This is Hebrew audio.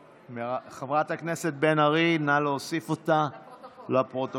חברת הכנסת בן ארי, נא להוסיף אותה לפרוטוקול.